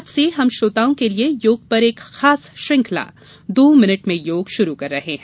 आज से हम श्रोताआँ के लिए योग पर एक खास श्रंखला दो मिनट में योग शुरू कर रहे हैं